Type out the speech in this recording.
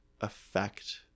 affect